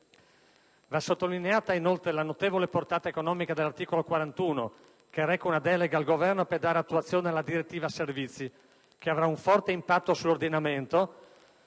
Va sottolineata, inoltre, la notevole portata economica dell'articolo 41 che reca una delega al Governo per dare attuazione alla direttiva servizi che avrà un forte impatto sull'ordinamento,